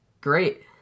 great